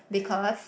because